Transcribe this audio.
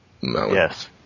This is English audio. Yes